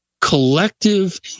collective